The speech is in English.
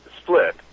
split